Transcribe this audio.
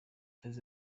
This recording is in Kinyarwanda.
yagize